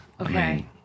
Okay